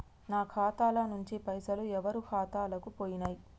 నా ఖాతా ల నుంచి పైసలు ఎవరు ఖాతాలకు పోయినయ్?